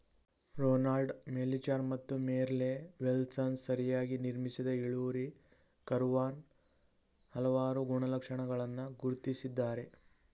Ronald Melichar ಮತ್ತು Merle Welshans ಸರಿಯಾಗಿ ನಿರ್ಮಿಸಿದ ಇಳುವರಿ ಕರ್ವಾನ ಹಲವಾರು ಗುಣಲಕ್ಷಣಗಳನ್ನ ಗುರ್ತಿಸಿದ್ದಾರೆ